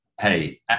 Hey